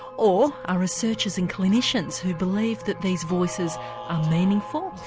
or are researchers and clinicians, who believe that these voices are meaningful,